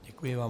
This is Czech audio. Děkuji vám.